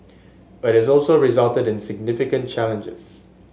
but it also resulted in significant challenges